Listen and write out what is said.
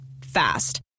Fast